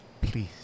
please